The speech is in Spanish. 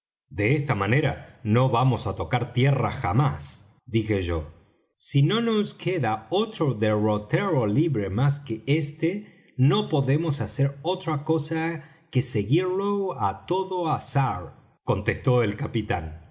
de esta manera no vamos á tocar tierra jamás dije yo si no nos queda otro derroterro libre más que éste no podemos hacer otra cosa que seguirlo á todo azar contestó el capitán